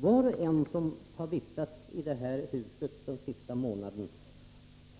Var och en som har vistats i detta hus den senaste månaden